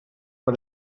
per